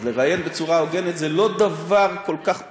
אז לראיין בצורה הוגנת זה לא דבר כל כך פשוט,